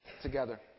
Together